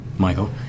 Michael